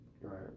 right